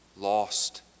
lost